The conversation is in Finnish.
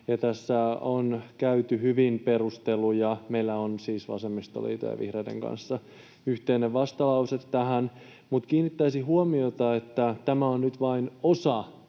Tässä on käyty hyvin perusteluja — meillä on siis vasemmistoliiton ja vihreiden kanssa yhteinen vastalause tähän — mutta kiinnittäisin huomiota siihen, että tämä on nyt vain osa